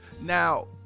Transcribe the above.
Now